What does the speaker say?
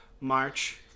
March